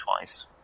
twice